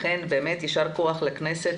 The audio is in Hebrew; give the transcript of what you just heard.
לכן, באמת יישר כוח לכנסת